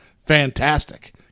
fantastic